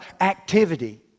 activity